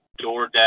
DoorDash